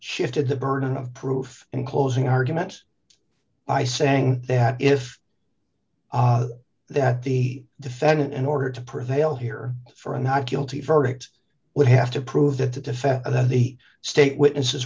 shifted the burden of proof in closing argument by saying that if that the defendant in order to prevail here for a not guilty verdict would have to prove that the defense of the state witnesses